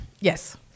yes